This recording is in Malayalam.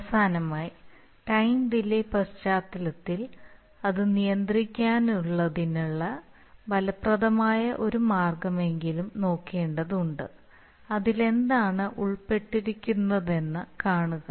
അവസാനമായി ടൈം ഡിലേ പശ്ചാത്തലത്തിൽ അത് നിയന്ത്രിക്കുന്നതിനുള്ള ഫലപ്രദമായ ഒരു മാർഗമെങ്കിലും നോക്കേണ്ടതുണ്ട് അതിൽ എന്താണ് ഉൾപ്പെട്ടിരിക്കുന്നതെന്ന് കാണുക